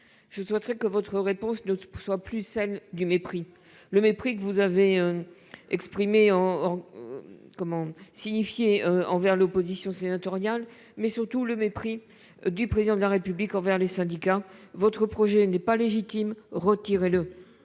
Je souhaite que votre réponse ne soit plus celle du mépris, le mépris que vous avez signifié à l'encontre de l'opposition sénatoriale, mais, surtout, le mépris du Président de la République envers les syndicats. Votre projet n'est pas légitime. Retirez-le